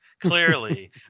clearly